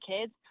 kids